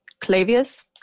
Clavius